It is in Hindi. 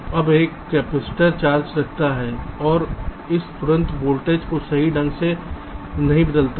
अब एक कपैसिटर चार्ज रखता है और यह तुरंत वोल्टेज को सही ढंग से नहीं बदलता है